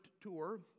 tour